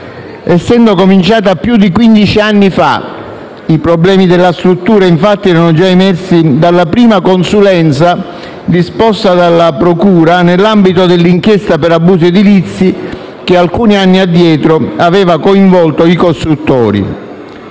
essendo cominciata più di quindici anni fa. I problemi della struttura, infatti, erano già emersi dalla prima consulenza disposta dalla procura nell'ambito dell'inchiesta per abusi edilizi che, alcuni anni addietro, aveva coinvolto i costruttori.